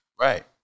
Right